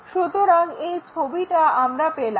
সুতরাং এই ছবিটা আমরা পেলাম